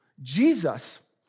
Jesus